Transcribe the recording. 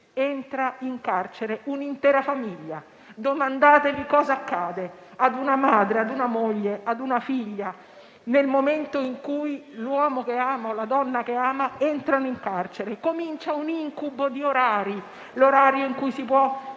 entra in carcere un'intera famiglia. Domandatevi cosa accade ad una madre, ad una moglie, ad un figlio, nel momento in cui l'uomo che ama, la donna che ama, entrano in carcere. Comincia un incubo di orari: l'orario in cui si possono